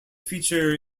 feature